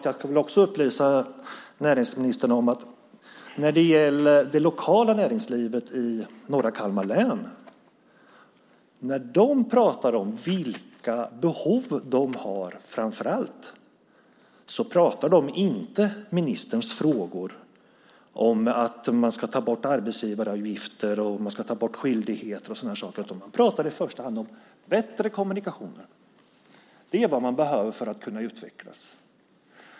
Jag ska upplysa näringsministern om att när det lokala näringslivet i norra Kalmar län pratar om vilka behov de har handlar det inte om ministerns frågor, att ta bort arbetsgivaravgifter och skyldigheter. Man pratar i första hand om bättre kommunikationer. Det är vad man behöver för att kunna utvecklas.